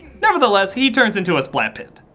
nevertheless, he turns into a splat pitt.